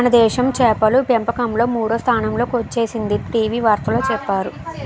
మనదేశం చేపల పెంపకంలో మూడో స్థానంలో కొచ్చేసిందని టీ.వి వార్తల్లో చెప్పేరు